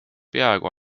peaaegu